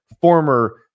former